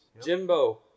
Jimbo